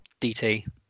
DT